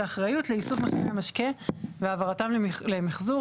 שהאחריות לאיסוף מכלי המשקה והעברתם למיחזור,